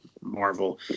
Marvel